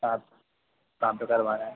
सब काम तो करवाना है